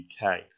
UK